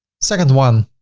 second one